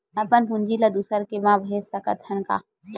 अपन पूंजी ला दुसर के मा भेज सकत हन का?